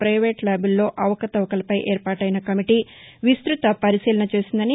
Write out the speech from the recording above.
private ల్యాబుల్లో అవకతవకలపై ఏర్పాటైన కమిటీ విస్తృత పరిశీలన చేసిందని